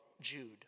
Jude